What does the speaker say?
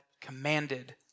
commanded